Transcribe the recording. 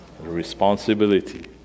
responsibility